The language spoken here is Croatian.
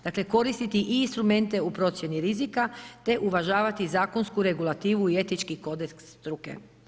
Dakle, koristiti i instrumente u procjeni rizika te uvažavati zakonsku regulativu i etički kodeks struke.